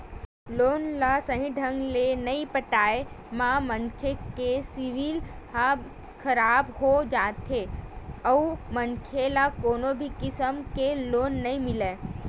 loan ल सहीं ढंग ले नइ पटाए म मनखे के सिविल ह खराब हो जाथे अउ मनखे ल कोनो भी किसम के लोन नइ मिलय